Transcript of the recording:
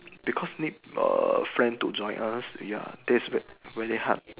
because need err friend to join us ya that's very hard